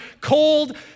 cold